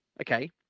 Okay